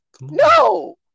No